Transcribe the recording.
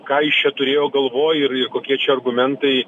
ką jis čia turėjo galvoj ir ir kokie čia argumentai